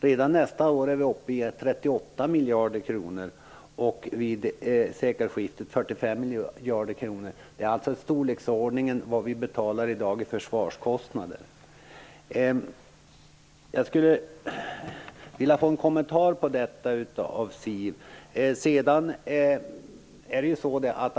Redan nästa år är vi uppe i 38 miljarder kronor, och vid sekelskiftet 45 miljarder kronor. Det är alltså belopp i samma storleksordning som vi i dag betalar i försvarskostnader. Jag skulle vilja ha en kommentar till detta av Siw Wittgren-Ahl.